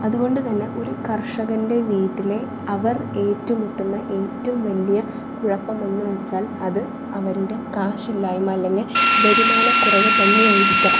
അതുകൊണ്ട് തന്നെ ഒരു കർഷകൻ്റെ വീട്ടിലെ അവർ ഏറ്റുമുട്ടുന്ന ഏറ്റവും വലിയ കുഴപ്പമെന്ന് വച്ചാൽ അത് അവരുടെ കാശില്ലായ്മ് അല്ലെങ്കിൽ വരുമാനക്കുറവ് തന്നെയായിരിക്കാം